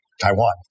Taiwan